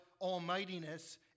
almightiness